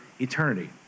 Eternity